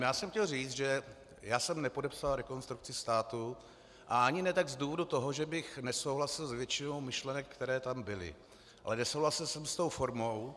Já jsem chtěl říct, že já jsem nepodepsal Rekonstrukci státu a ani ne tak z důvodu toho, že bych nesouhlasil s většinou myšlenek, které tam byly, ale nesouhlasil jsem s tou firmou.